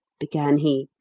began he,